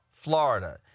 Florida